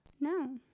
No